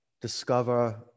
discover